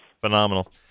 Phenomenal